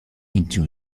into